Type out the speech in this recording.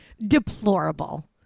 deplorable